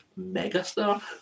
megastar